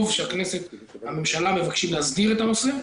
טוב שהממשלה מבקשת להסדיר את הנושא.